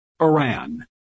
Iran